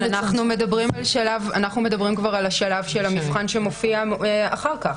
אנחנו מדברים כבר על השלב של המבחן שמופיע אחר כך,